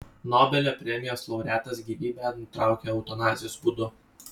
nobelio premijos laureatas gyvybę nutraukė eutanazijos būdu